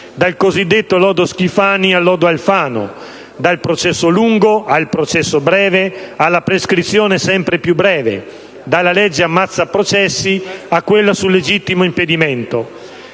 dal cosiddetto lodo Schifani al lodo Alfano, dal processo lungo al processo breve alla prescrizione sempre più breve, dalla legge "ammazza processi" a quella sul legittimo impedimento.